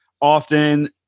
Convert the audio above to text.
often